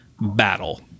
battle